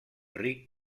ric